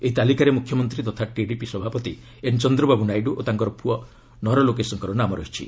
ଏହି ତାଲିକାରେ ମ୍ରଖ୍ୟମନ୍ତ୍ରୀ ତଥା ଟିଡିପି ସଭାପତି ଏନ୍ ଚନ୍ଦ୍ବାବୃ ନାଇଡ଼ ଓ ତାଙ୍କର ପ୍ରଅ ନରଲୋକେଶଙ୍କର ନାମ ରହିଛି